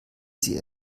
sie